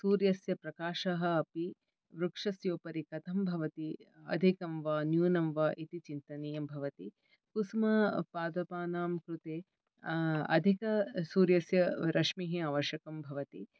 सूर्यस्य प्रकाशः अपि वृक्षस्य उपरि कथं भवति अधिकं वा न्यूनं वा इति चिन्तनीयं भवति कुसुमपादपानां कृते अधिकसूर्यस्य रश्मिः आवश्यकं भवति